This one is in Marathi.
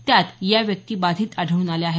त्यात या व्यक्ती बाधीत आढळून आल्या आहेत